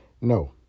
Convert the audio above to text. No